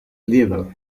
level